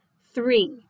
Three